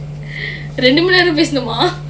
ரெண்டு மணி நேரம் பேசணுமா:rendu mani neram pesanumaa